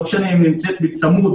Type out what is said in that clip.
לא משנה אם היא נמצאת בצמוד